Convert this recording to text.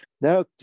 No